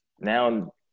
now